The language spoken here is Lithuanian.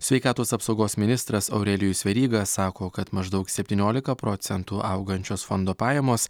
sveikatos apsaugos ministras aurelijus veryga sako kad maždaug septyniolika procentų augančios fondo pajamos